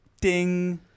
Ding